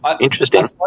Interesting